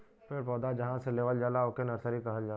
पेड़ पौधा जहां से लेवल जाला ओके नर्सरी कहल जाला